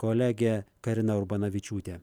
kolegė karina urbanavičiūtė